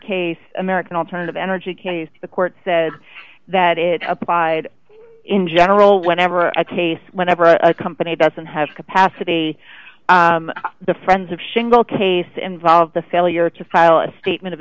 case american alternative energy the court said that it applied in general whenever a case whenever a company doesn't have the capacity the friends of shingle case involved the failure to file a statement of